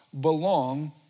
belong